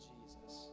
Jesus